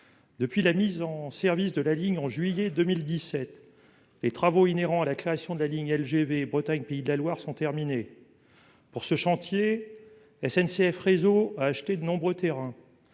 Depuis la mise en service de la ligne en juillet 2017, les travaux inhérents à la création de la ligne LGV Bretagne-Pays de la Loire sont terminés. Pour ce chantier, SNCF Réseau a acheté de nombreux terrains.